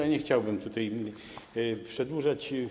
Ja nie chciałbym tutaj przedłużać.